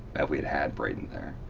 that, we had had bradon there.